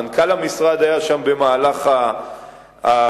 מנכ"ל המשרד היה שם במהלך השרפה.